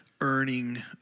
earning